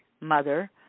mother